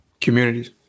communities